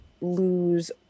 lose